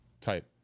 type